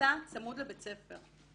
שנמצא צמוד לבית ספר.